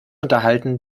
unterhalten